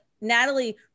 Natalie